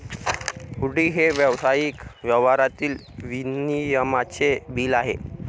हुंडी हे व्यावसायिक व्यवहारातील विनिमयाचे बिल आहे